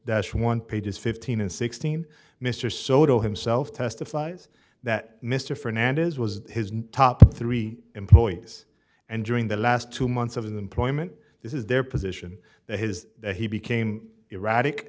that's one page is fifteen and sixteen mr soto himself testifies that mr fernandez was his top three employees and during the last two months of employment this is their position that his that he became erratic